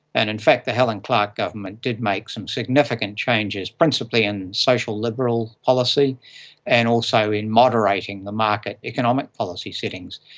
and in fact the helen clark government did make some significant changes, principally in social liberal policy and also in moderating the market economic policy settings.